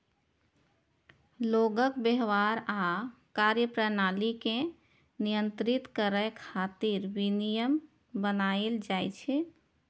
लोगक व्यवहार आ कार्यप्रणाली कें नियंत्रित करै खातिर विनियम बनाएल जाइ छै